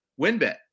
WinBet